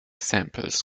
samples